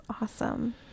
awesome